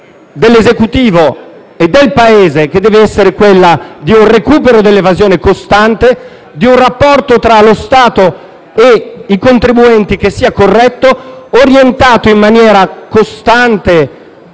dell'Esecutivo e del Paese. Indirizzo che deve essere quello di un recupero dell'evasione costante, di un rapporto tra lo Stato e i contribuenti che sia corretto, orientato in maniera costante